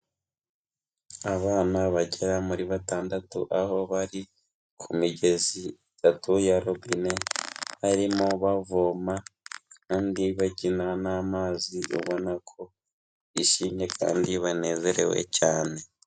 Abana bagera muri batandatu aho bari ku migezi itatu ya robine barimo bavoma abandi bakina n'amazi ubona ko bishimye kandi banezerewe cyane.